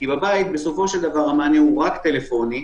כי בבית המענה הוא רק טלפוני,